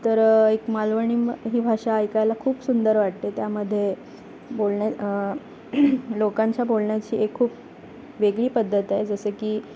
तर एक मालवणी ही भाषा ऐकायला खूप सुंदर वाटते त्यामध्ये बोलण्या लोकांच्या बोलण्याची एक खूप वेगळी पद्धत आहे जसं की